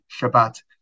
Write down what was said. Shabbat